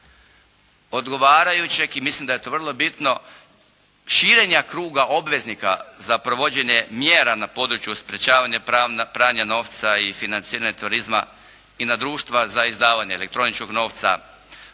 odgovarajućeg i mislim da je to vrlo bitno širenja kruga obveznika za provođenje mjera na području sprječavanja pranja novca i financiranje turizma i na društva za izdavanje elektroničkog novca,